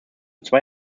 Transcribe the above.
zwei